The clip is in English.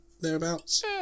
thereabouts